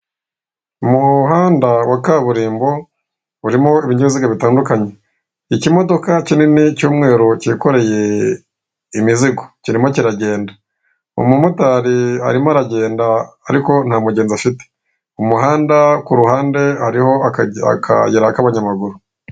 Umuhanda wa kaburimbo urimo ibinyabiziga bitandukanye; ikimodoka kinini cy'umweru cyikoreye imizigo kirimo kiragenda; umumotari arimo aragenda ariko nta mugenzi afite. Umuhanda kuruhande hariho akayira k'abanyamaguru.